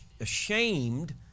ashamed